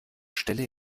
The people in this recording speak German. stelle